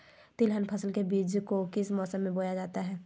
तिलहन फसल के बीज को किस मौसम में बोया जाता है?